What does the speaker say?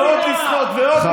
מתועב.